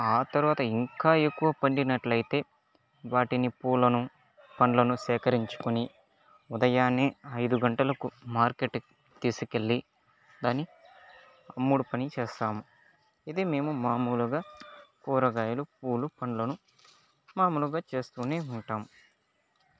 ఆ తర్వాత ఇంకా ఎక్కువ పండినట్లయితే వాటిని పూలను పండ్లను సేకరించుకొని ఉదయాన్నే ఐదు గంటలకు మార్కెట్ తీసుకెళ్ళి దాన్ని అమ్ముడు పని చేస్తాము ఇది మేము మామూలుగా కూరగాయలు పూలు పండ్లను మామూలుగా చేస్తూనే ఉంటాం